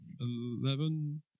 eleven